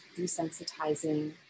desensitizing